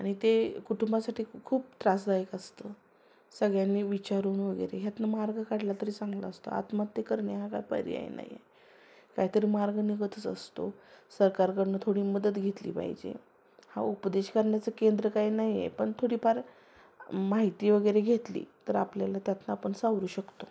आणि ते कुटुंबासाठी खूप त्रासदायक असतं सगळ्यांनी विचारून वगैरे ह्यातनं मार्ग काढला तरी चांगलं असतं आत्महत्या करणे हा काय पर्याय नाही आहे काहीतरी मार्ग निघतच असतो सरकारकडनं थोडी मदत घेतली पाहिजे हा उपदेश करण्याचं केंद्र काय नाही आहे पण थोडीफार माहिती वगैरे घेतली तर आपल्याला त्यातनं आपण सावरू शकतो